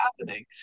happening